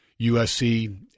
USC